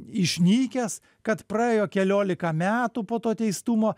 išnykęs kad praėjo keliolika metų po to teistumo